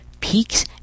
peaks